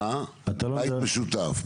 על בית משותף.